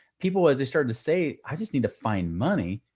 people, as they started to say, i just need to find money.